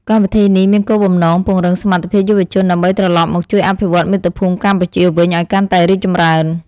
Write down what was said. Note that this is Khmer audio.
កម្មវិធីនេះមានគោលបំណងពង្រឹងសមត្ថភាពយុវជន ដើម្បីត្រឡប់មកជួយអភិវឌ្ឍមាតុភូមិកម្ពុជាវិញឱ្យកាន់តែរីកចម្រើន។